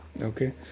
okay